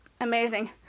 amazing